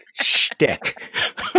Shtick